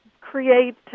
create